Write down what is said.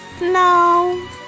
No